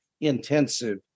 intensive